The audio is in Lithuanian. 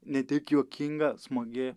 ne tik juokinga smagi